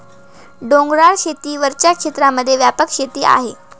डोंगराळ शेती वरच्या क्षेत्रांमध्ये व्यापक शेती आहे